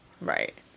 Right